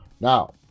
Now